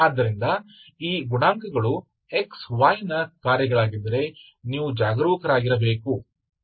ಆದ್ದರಿಂದ ಈ ಗುಣಾಂಕಗಳು xy ನ ಕಾರ್ಯಗಳಾಗಿದ್ದರೆ ನೀವು ಜಾಗರೂಕರಾಗಿರಬೇಕು